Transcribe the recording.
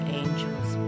angels